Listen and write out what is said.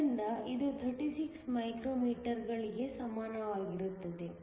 ಆದ್ದರಿಂದ ಇದು 36 ಮೈಕ್ರೋಮೀಟರ್ಗಳಿಗೆ ಸಮಾನವಾಗಿರುತ್ತದೆ